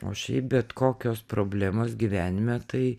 o šiaip bet kokios problemos gyvenime tai